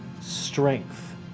strength